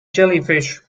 jellyfish